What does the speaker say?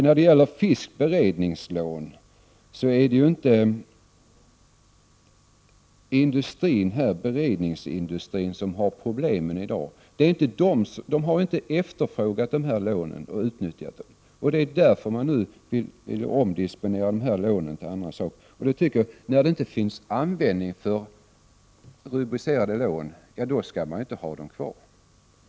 När det gäller fiskberedningslån är det ju inte beredningsindustrin som har problem i dag. Den har inte efterfrågat dessa lån eller utnyttjat dem. Därför vill man nu omdisponera beredningslånen. När det inte finns användning för rubricerade lån, skall man inte ha dem kvar.